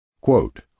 Quote